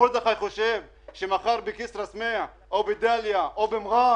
מרדכי כהן חושב שמחר בכסרא סמיע או בדליית אל כרמל או במע'אר